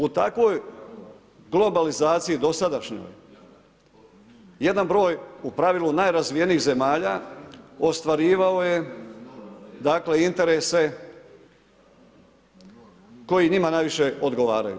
U takvoj globalizaciji dosadašnjoj, jedan broj u pravilu najrazvijenijih zemalja, ostvarivao je dakle, interese koji njima najviše odgovaraju.